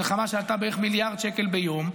מלחמה שעלתה בערך מיליארד שקל ביום,